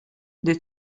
des